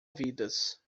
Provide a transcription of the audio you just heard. vidas